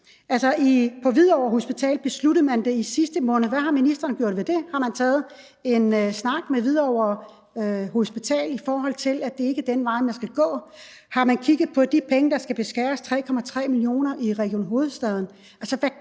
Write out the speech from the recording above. på Hvidovre Hospital. Hvad har ministeren gjort ved det? Har man taget en snak med Hvidovre Hospital om, at det ikke er den vej, de skal gå? Har man kigget på, at der skal skæres med 3,3 mio. kr. i Region Hovedstaden?